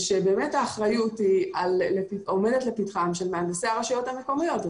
האחריות עומדת לפתחם של מהנדסי הרשויות המקומיות.